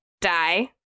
die